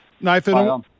Nathan